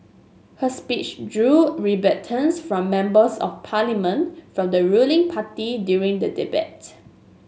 her speech drew from Members of Parliament from the ruling party during the debate